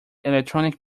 electronic